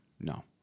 no